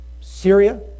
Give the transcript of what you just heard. Syria